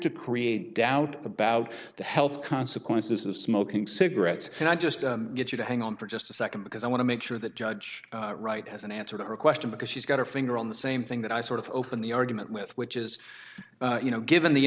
to create doubt about the health consequences of smoking cigarettes and i just get you to hang on for just a second because i want to make sure that judge wright has an answer to her question because she's got her finger on the same thing that i sort of open the argument with which is you know given the